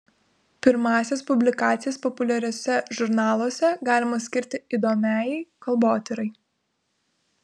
pirmąsias publikacijas populiariuose žurnaluose galima skirti įdomiajai kalbotyrai